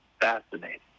fascinating